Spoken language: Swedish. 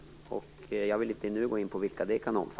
Jag vill inte nu gå in på vilka det kan bli.